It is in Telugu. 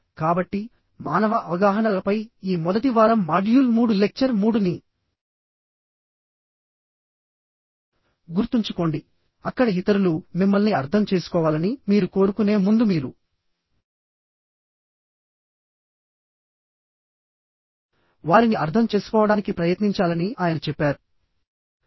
కాబట్టి మానవ అవగాహనలపై ఈ మొదటి వారం మాడ్యూల్ 3 లెక్చర్ 3ని గుర్తుంచుకోండిఅక్కడ ఇతరులు మిమ్మల్ని అర్థం చేసుకోవాలని మీరు కోరుకునే ముందు మీరు వారిని అర్థం చేసుకోవడానికి ప్రయత్నించాలని ఆయన చెప్పారు